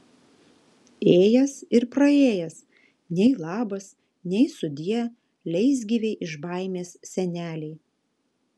ėjęs ir praėjęs nei labas nei sudie leisgyvei iš baimės senelei